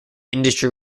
industry